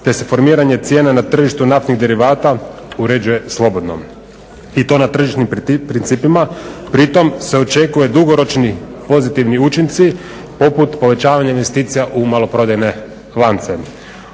te se formiranje cijene na tržištu naftnih derivata uređuje slobodno i to na tržišnim principima. Pri tome se očekuje dugoročni pozitivni učinci poput povećanje investicija u maloprodajne lance.